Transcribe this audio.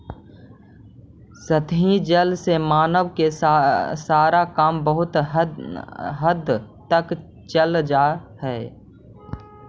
सतही जल से मानव के सारा काम बहुत हद तक चल जा हई